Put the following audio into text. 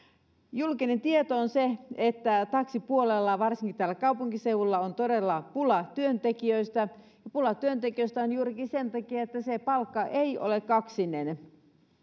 julkinen tieto on se että taksipuolella varsinkin täällä kaupunkiseudulla on todella pula työntekijöistä pula työntekijöistä on juurikin sen takia että se palkka ei ole kaksinen